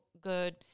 good